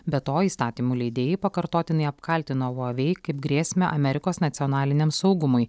be to įstatymų leidėjai pakartotinai apkaltino huavei kaip grėsmę amerikos nacionaliniam saugumui